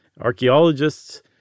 archaeologists